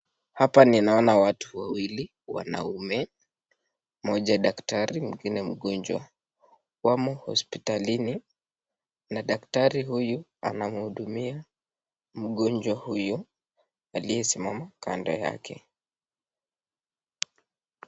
Hapa ninaona watu wawili wanaume, mmoja daktari mwingine mgonjwa. Wamo hosiptalini na daktari huyu anamhudumia mgonjwa huyu aliyesimama kando yake.